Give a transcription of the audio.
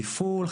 תפעול,